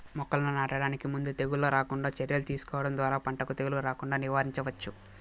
మొక్కలను నాటడానికి ముందే తెగుళ్ళు రాకుండా చర్యలు తీసుకోవడం ద్వారా పంటకు తెగులు రాకుండా నివారించవచ్చు